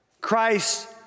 Christ